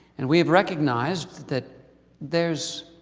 and we have recognized that there's